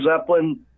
Zeppelin